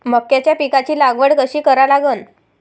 मक्याच्या पिकाची लागवड कशी करा लागन?